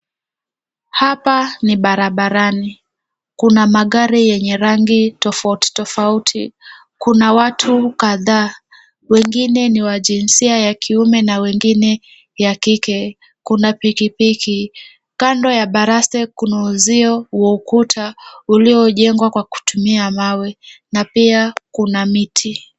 Hapa ni barabarani. Kuna magari yenye rangi tofauti tofauti. Kuna watu kadhaa , wengine ni wa jinsia ya kiume na wengine ya kike. Kuna pikipiki . Kando ya baraste kuna uzio wa ukuta uliojengwa kwa kutumia mawe, na pia kuna miti.